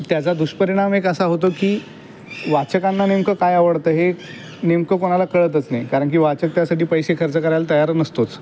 त्याचा दुष्परिणाम एक असा होतो की वाचकांना नेमकं काय आवडतं हे नेमकं कोणाला कळतच नाही कारण की वाचक त्यासाठी पैसे खर्च करायला तयार नसतोच